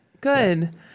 Good